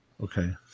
Okay